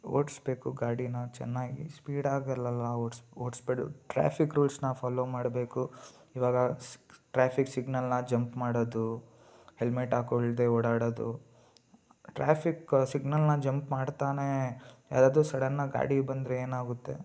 ಓಡಿಸ್ಬೇಕು ಗಾಡಿನ ಚೆನ್ನಾಗಿ ಸ್ಪೀಡಾಗಲಲ್ಲ ಓಡ್ದ್ಸಿ ಓಡ್ಸ್ಬಾರ್ದು ಟ್ರಾಫಿಕ್ ರೂಲ್ಸ್ನ ಫಾಲೋ ಮಾಡಬೇಕು ಇವಾಗ ಟ್ರಾಫಿಕ್ ಸಿಗ್ನಲ್ನ ಜಂಪ್ ಮಾಡೋದು ಹೆಲ್ಮೆಟ್ ಹಾಕೊಳ್ದೆ ಓಡಾಡೋದು ಟ್ರಾಫಿಕ್ ಸಿಗ್ನಲ್ನ ಜಂಪ್ ಮಾಡ್ತಾನೆ ಯಾರಾದರು ಸಡನ್ನಾಗಿ ಗಾಡಿ ಬಂದರೆ ಏನಾಗುತ್ತೆ